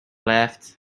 left